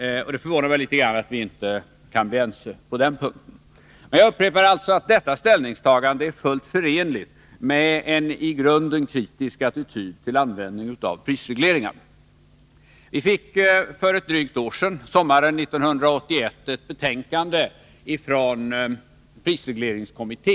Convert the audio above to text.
Det förvånar mig att vi inte nu kan bli ense på den punkten. Jag upprepar alltså att detta ställningstagande är fullt förenligt med en i grunden kritisk attityd till användningen av prisregleringar. För drygt ett år sedan, sommaren 1981, fick vi ett betänkande från prisregleringskommittén.